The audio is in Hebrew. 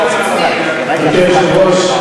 היושבת-ראש,